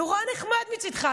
נורא נחמד מצידך.